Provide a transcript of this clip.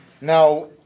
Now